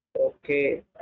okay